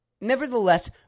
Nevertheless